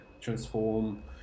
transform